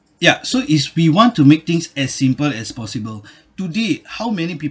ya so is we want to make things as simple as possible today how many people